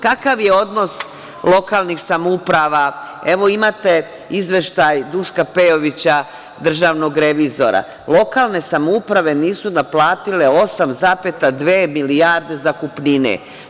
Kakav je odnos lokalnih samouprava, evo imate izveštaj Duška Pejovića, državnog revizora, lokalne samouprave nisu naplatile 8,2 milijarde zakupnine.